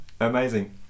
amazing